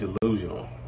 delusional